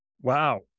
Wow